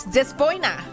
Despoina